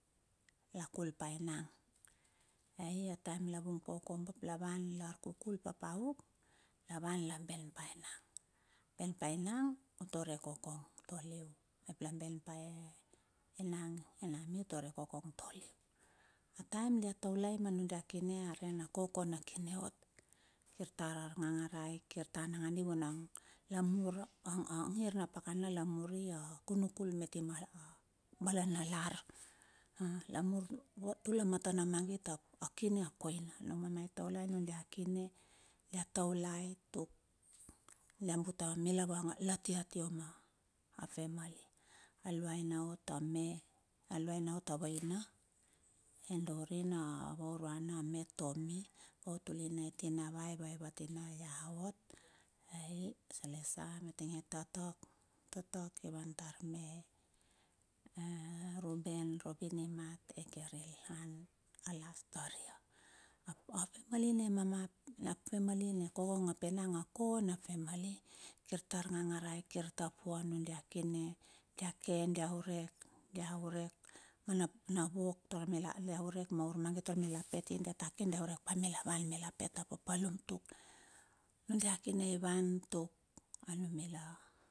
La kul pa enang. Ai a taem la vung pauk ubap, la wan la arkukul papuk la wan la ben pa enang. Ben pa enang, ben pa enang utua re kokong toliu. Taem dia taulai ma nudia kine na koko na kine ot kit ta arnganga ranai nanganadi vung la mur a ngir na pakana la muri, a kunukul miti ma lar, bale na lar lamur tula matana magit up a kine a koinu nun mama i taulai nudai kine dia taulai tuk dia bule mila va latia a tia ma famili aluana ot a me laun ot a vaina e dorin a. Avauruana a me tommy vatuluna e tinavai vauvatina ia ot elesa mitinge to tatak, tatak i vantar me e e rubben, robin i mat ai kir i lan a last to taria. Up up to bali ne mamu ap a fameli. Kir ta organa ngua kir ta pavan ma nudia kine. Dia ke ia urek, dia urek na na wok tur mila dia urek me na urgangit taur mila pit e dia ta urek pa mila van mula pit ti a papalum tuk nudia kine i won tuk a numila.